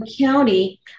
County